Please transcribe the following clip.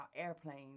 airplanes